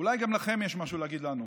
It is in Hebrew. אולי גם לכם יש משהו להגיד לנו: